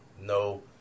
No